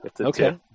Okay